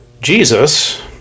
Jesus